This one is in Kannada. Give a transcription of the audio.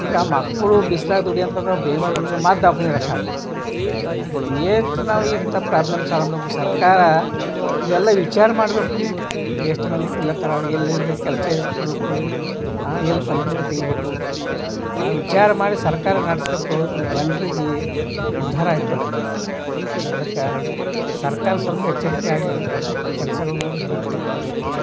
ಈಗ ಮಕ್ಕಳು ಬಿಸಿಲಾಗ ದುಡಿಯಂತಂದ್ರೆ ಬೇಮಾರ್ಗುಳ್ದ ಇರಾಕ್ಗ್ಬೋದು ಏತ್ ನಾವು ಇಂಥ ಪ್ರಾಬ್ಲಮ್ ಸಾಲ್ ಮಾಡಬೇಕು ಸರ್ಕಾರ ಇದೆಲ್ಲ ವಿಚಾರ ಮಾಡಬೇಕು ಎಷ್ಟು ಮಂದಿ ಕಲ್ಲೆತ್ತರ ಅವ್ರಿಗೆ ಎಲ್ಲಿ ಕೆಲಸ ಏಸು ಕೊಡಬೇಕು ಎಲ್ಲಿ ಕಂಪ್ನಿಗಳು ತೆಗಿಬೇಕು ಆಂ ವಿಚಾರ ಮಾಡಿ ಸರ್ಕಾರ ನಡ್ಸಬೇಕು ಜನ್ರಿಗೆ ಉದ್ಧಾರ ಆಯ್ತದೆ ಅದಕ್ಕೆ ಸರ್ಕಾರ ಸ್ವಲ್ಪ ಎಚ್ಚರಿಕೆ ಆಗಿ ಕೆಲ್ಸಗಳು ನೋಡಿ ಹುಡುಕಿ ಕೊಡಬೇಕು